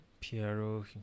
Piero